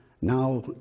Now